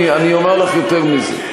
אני אומר לך יותר מזה.